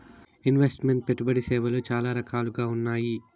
invest meant పెట్టుబడి సేవలు చాలా రకాలుగా ఉన్నాయి